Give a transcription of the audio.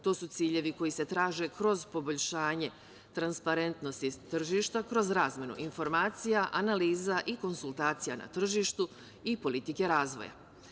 To su ciljevi koji se traže kroz poboljšanje transparentnosti tržišta kroz razmenu informacija, analiza i konsultacija na tržištu i politike razvoja.